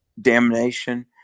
damnation